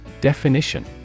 Definition